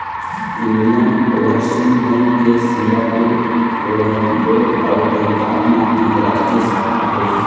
Indian Overseas bank के Singapore, Colombo अउ Bangkok म अंतररास्टीय शाखा हे